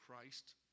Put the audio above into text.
Christ